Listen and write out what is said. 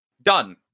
Done